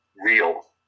real